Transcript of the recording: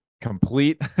complete